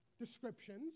descriptions